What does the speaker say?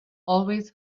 always